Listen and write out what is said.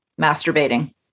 masturbating